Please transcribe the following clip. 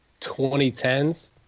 2010s